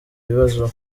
bibazo